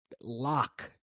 lock